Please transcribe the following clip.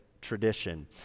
tradition